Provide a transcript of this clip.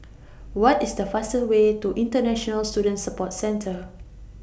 What IS The fastest Way to International Student Support Centre